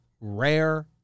rare